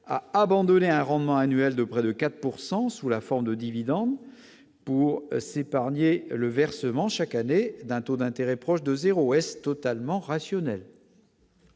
a abandonné un rendement annuel de près de 4 pourcent sous sous la forme de dividende pour s'épargner le versement chaque année d'un taux d'intérêt proche de 0, est totalement rationnel.